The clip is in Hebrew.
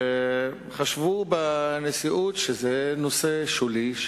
וחשבו בנשיאות שזה נושא שולי,